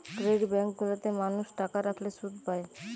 credit bank গুলা তে মানুষ টাকা রাখলে শুধ পায়